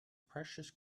precious